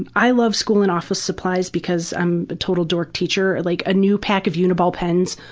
and i love school and office supplies because i'm a total dork teacher. like a new pack of uniball pens,